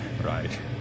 Right